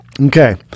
Okay